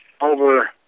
over